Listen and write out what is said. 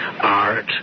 art